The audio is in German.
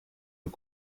und